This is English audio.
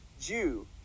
Jew